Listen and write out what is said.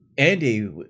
Andy